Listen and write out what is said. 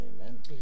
Amen